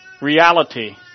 reality